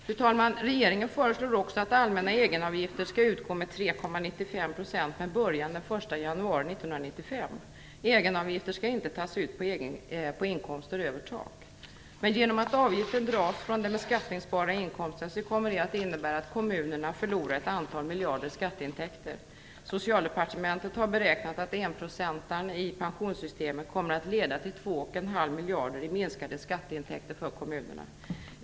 Fru talman! Regeringen föreslår också att allmänna egenavgifter skall utgå med 3,95 % med början den 1 januari 1995. Egenavgifter skall inte tas ut på inkomster över tak. Genom att avgiften dras från den beskattningsbara inkomsten innebär det att kommunerna förlorar ett antal miljarder i skatteintäkter. Socialdepartementet har beräknat att "enprocentaren" i pensionssystemet kommer att leda till 2,5 miljarder i minskade skatteintäkter för kommunerna.